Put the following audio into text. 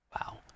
Wow